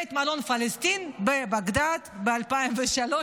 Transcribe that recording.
בית המלון פלסטין בבגדאד ב-2003,